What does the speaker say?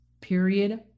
Period